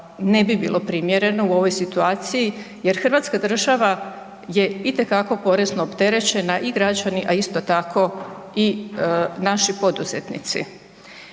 ne bi bilo primjereno u ovoj situaciji jer Hrvatska država je itekako porezno opterećena i građani, a isto tako i naši poduzetnici.